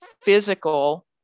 physical